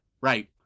right